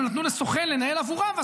הם נתנו לסוכן לנהל עבורם,